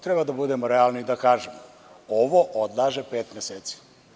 Treba da budemo realni i da kažemo – ovo odlaže pet meseci.